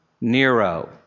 Nero